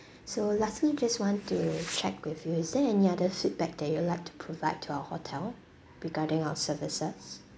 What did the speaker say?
so lastly just want to check with you is there any other feedback that you'll liked to provide to our hotel regarding our services